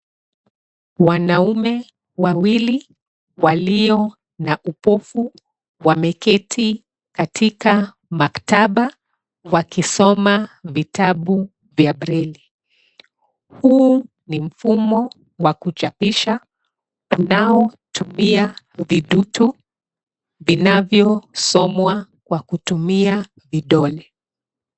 Wanaume wawili walio a upofu wameketi katika maktaba wakisoma vitabu vya breli. Huu ni mfumo wa kuchapisha unaotumia vidutu vinavyosomwa kwa kutumia vidole.